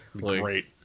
Great